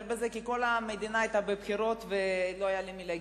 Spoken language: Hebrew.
בזה כי כל המדינה היתה בבחירות ולא היה למי להגיש.